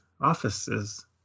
offices